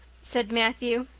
said matthew,